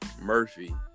Murphy